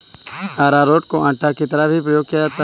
अरारोट को आटा की तरह भी प्रयोग किया जाता है